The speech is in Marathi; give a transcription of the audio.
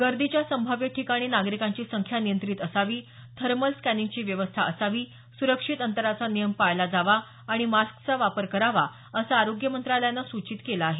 गर्दीच्या संभाव्य ठिकाणी नागरिकांची संख्या नियंत्रित असावी थर्मल स्कॅनिंगची व्यवस्था असावी सुरक्षित अंतराचा नियम पाळला जावा आणि मास्कचा वापर करावा असं आरोग्य मंत्रालयानं सूचित केलं आहे